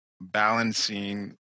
balancing